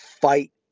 fight